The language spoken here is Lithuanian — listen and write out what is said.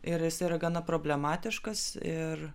ir jis yra gana problematiškas ir